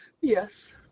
Yes